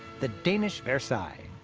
the danish versailles.